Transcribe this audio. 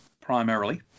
primarily